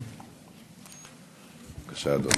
בבקשה, אדוני.